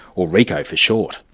or rico for short.